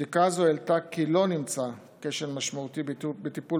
בדיקה זו העלתה כי לא נמצא כשל משמעותי בטיפול